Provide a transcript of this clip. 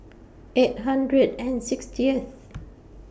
eight hundred and sixtieth